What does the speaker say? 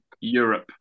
Europe